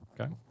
Okay